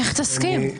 איך תסכים?